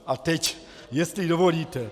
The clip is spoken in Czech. A teď jestli dovolíte...